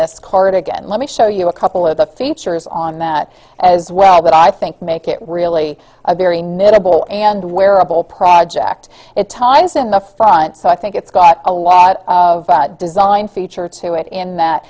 this cord again let me show you a couple of the features on that as well but i think make it really a very nimble and wearable project it times in the front so i think it's got a lot of design feature to it in that